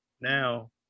now